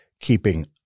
keeping